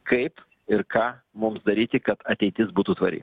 kaip ir ką mums daryti kad ateitis būtų tvari